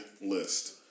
list